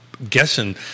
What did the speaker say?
Guessing